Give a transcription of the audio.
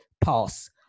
pass